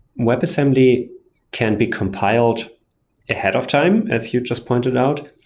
webassembly can be compiled ahead of time as you just pointed out.